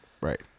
right